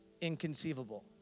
inconceivable